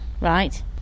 Right